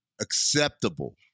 acceptable